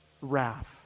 wrath